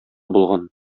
булган